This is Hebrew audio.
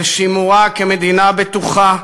לשימורה כמדינה בטוחה,